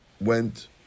went